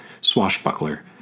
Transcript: swashbuckler